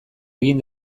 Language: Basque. egin